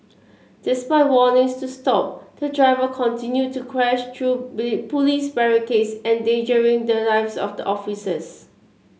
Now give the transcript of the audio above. despite warnings to stop the driver continue to crash through police barricades endangering the lives of the officers